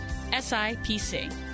SIPC